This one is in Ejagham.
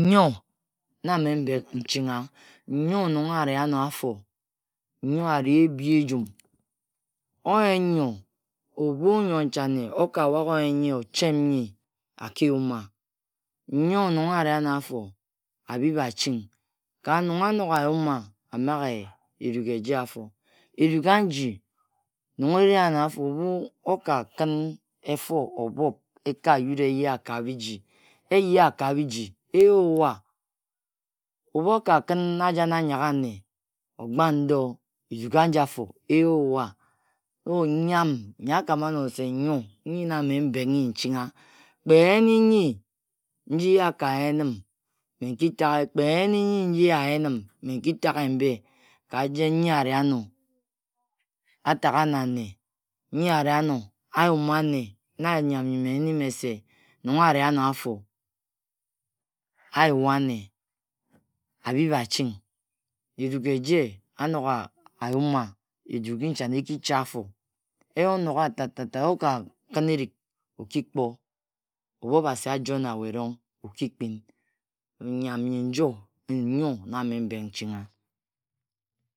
Nyo na mme mbeg nchingha. Nnyo nong ari ano afo. nyo ari ebi ejum oyen nyo, ebhu nyo nchane oka waghe oyen nyi, o chem nyi. a ki yima nyo nong ari ano afo, a bhib a ching, ka nong a nog a yum a, a maghe eruk eje afo. Eruk a ji, nong eri ano afo ebhu oka khin efo obhob eka yut e ye wa ka bhij eye a ka bhiji Eye o ba ri ano a taga na ame. Nhob e ka yut a. Ebhu o ka khin ajan anyangha ane ogban ndor etukaji afo eyua. nyan nyi a kana ano se nyo nyi na me mbeg n yi nchingha. Kpe n yen n yi nji ye aka yen m. me nki tagha kpe n yen yi nji ye a yen m me nkitaghe mbe, ka jen nyi a ri ano a taga na ame. Nyi ariano, a yuma nne. Na nyan nyi me nyene me se nong ari ano afo a yua nne. A bhib aching. Eruk eje, a nog a yuma. eruk nchane eki cha afo e yi onog a tatata oka khin erig o ki kpo. Ebhu obasi a joe na we erong, o ki kpin. Nyan nyi nyi njo nyo na mme mbak nchingha.